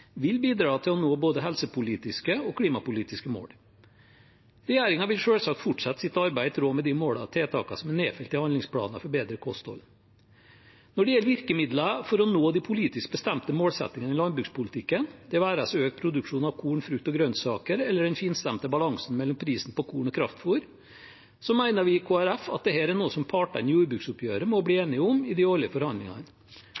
vil bidra til å nå både helsepolitiske og klimapolitiske mål. Regjeringen vil selvsagt fortsette sitt arbeid i tråd med de målene og tiltakene som er nedfelt i handlingsplanen for bedre kosthold. Når det gjelder virkemidler for å nå de politisk bestemte målsettingene i landbrukspolitikken, det være seg økt produksjon av korn, frukt og grønnsaker eller den finstemte balansen mellom prisen på korn og kraftfôr, mener vi i Kristelig Folkeparti at dette er noe som partene i jordbruksoppgjøret må bli